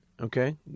okay